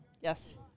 Yes